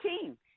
team